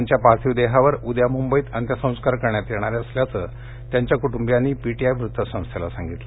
त्यांच्या पार्थिव देहावर उद्या मुंबईत अंत्यसंस्कार करण्यात येणार असल्याचं त्यांच्या कुटुंबीयांनी पी टी आय वृत्तसंस्थेला सांगितलं